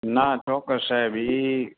ના ચોક્કસ સાહેબ એ